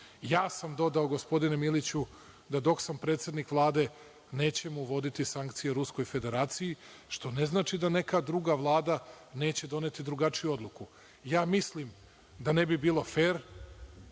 sam dodao, gospodine Miliću, da dok sam predsednik Vlade nećemo voditi sankcije Ruskoj Federaciji, što ne znači da neka druga Vlada neće doneti drugačiju odluku. Mislim da ne bi bilo fer